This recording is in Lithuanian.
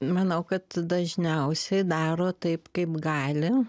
manau kad dažniausiai daro taip kaip gali